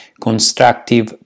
constructive